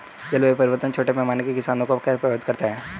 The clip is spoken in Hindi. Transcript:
जलवायु परिवर्तन छोटे पैमाने के किसानों को कैसे प्रभावित करता है?